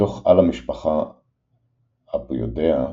בתוך על-המשפחה Apoidea,